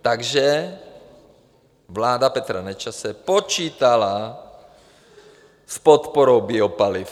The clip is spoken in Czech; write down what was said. Takže vláda Petra Nečase počítala s podporou biopaliv.